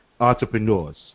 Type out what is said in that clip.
entrepreneurs